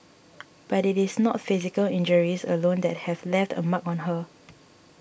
but it is not physical injuries alone that have left a mark on her